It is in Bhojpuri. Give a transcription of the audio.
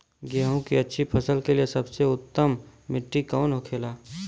गेहूँ की अच्छी फसल के लिए सबसे उत्तम मिट्टी कौन होखे ला?